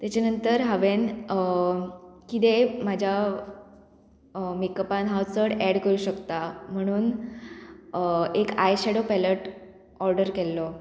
तेचे नंतर हांवें किदेंय म्हाज्या मेकअपान हांव चड एड करूं शकतां म्हणून एक आयशेडो पॅलट ऑर्डर केल्लो